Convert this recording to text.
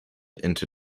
into